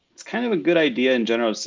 it's kind of a good idea, in general, so